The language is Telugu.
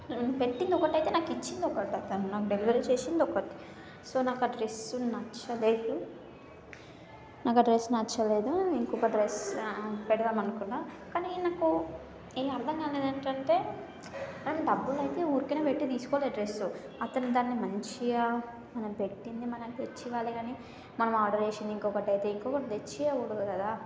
నేను పెట్టింది ఒకటైతే నాకు ఇచ్చింది ఒకటి అతను నాకు డెలివరీ చేసింది ఒకటి సో నాకు ఆ డ్రెస్ నచ్చలేదు నాకు ఆ డ్రెస్ నచ్చలేదు ఇంకొక డ్రెస్ పెడదామని అనుకున్నా కానీ నాకు అర్థం కానిది ఏంటంటే కానీ డబ్బులు అయితే ఊరికనే పెట్టి తీసుకోలేదు డ్రెస్ అతను దాన్ని మంచిగా మనం పెట్టింది మనకి తెచ్చి ఇవ్వాలి కానీ మనం ఆర్డర్ చేసింది ఇంకొకటి అయితే ఇంకొకటి తెచ్చి ఇవ్వకూడదు కదా